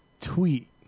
tweet